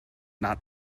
not